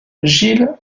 gill